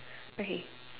okay